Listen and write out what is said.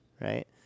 right